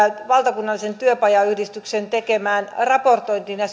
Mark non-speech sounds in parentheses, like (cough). valtakunnallisen työpajayhdistyksen tekemään raporttiin ja (unintelligible)